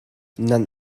nan